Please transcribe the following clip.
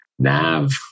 Nav